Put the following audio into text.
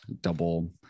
double